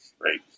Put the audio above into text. Right